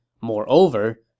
Moreover